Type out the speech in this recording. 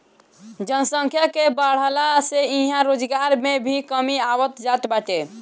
जनसंख्या के बढ़ला से इहां रोजगार में भी कमी आवत जात बाटे